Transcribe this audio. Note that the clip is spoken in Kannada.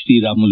ಶ್ರೀರಾಮುಲು